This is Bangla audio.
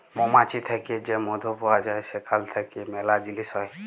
মমাছি থ্যাকে যে মধু পাউয়া যায় সেখাল থ্যাইকে ম্যালা জিলিস হ্যয়